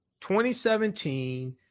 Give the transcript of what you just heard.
2017